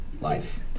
Life